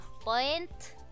Point